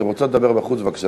אתן רוצות לדבר בחוץ, בבקשה.